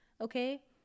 okay